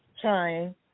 trying